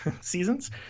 seasons